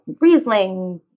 Riesling